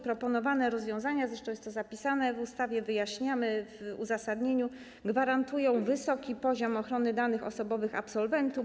Proponowane rozwiązania - jest to zresztą zapisane w ustawie, wyjaśniamy to w uzasadnieniu - gwarantują wysoki poziom ochrony danych osobowych absolwentom.